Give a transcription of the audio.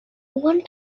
one